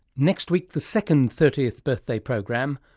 next week the second thirtieth birthday program,